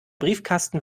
briefkasten